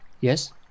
yes